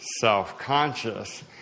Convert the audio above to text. self-conscious